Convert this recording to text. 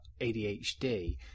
ADHD